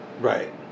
Right